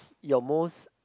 your most